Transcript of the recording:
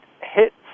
hits